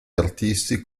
artisti